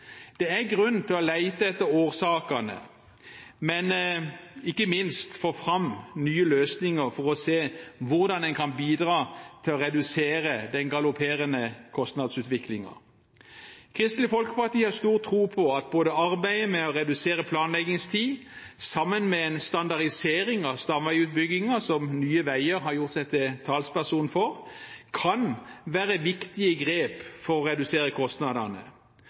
Det er grunn til å lete etter årsakene, men ikke minst få fram nye løsninger for å se hvordan en kan bidra til å redusere den galopperende kostnadsutviklingen. Kristelig Folkeparti har stor tro på at arbeidet med å redusere planleggingstid sammen med en standardisering av stamveiutbyggingen som Nye Veier har gjort seg til talsperson for, kan være viktige grep for å redusere kostnadene.